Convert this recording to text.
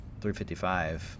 355